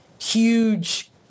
huge